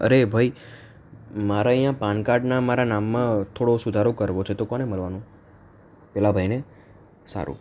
અરે ભાઈ મારા અહીંયા પાન કાર્ડના મારા નામમાં થોડો સુધારો કરવો છે તો કોને મળવાનું પેલા ભાઈને સારું